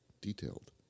detailed